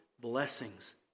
blessings